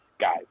guys